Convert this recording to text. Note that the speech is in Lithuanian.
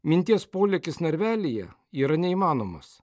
minties polėkis narvelyje yra neįmanomas